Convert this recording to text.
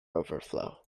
overflow